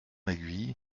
aiguille